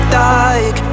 dark